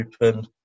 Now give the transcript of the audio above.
Open